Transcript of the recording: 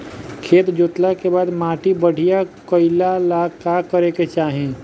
खेत जोतला के बाद माटी बढ़िया कइला ला का करे के चाही?